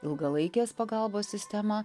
ilgalaikės pagalbos sistemą